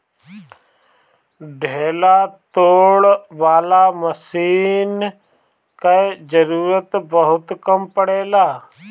ढेला तोड़े वाला मशीन कअ जरूरत बहुत कम पड़ेला